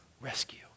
rescue